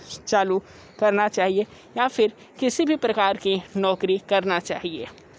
चालू करना चाहिए या फिर किसी भी प्रकार की नौकरी करना चाहिए